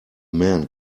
man